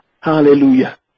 Hallelujah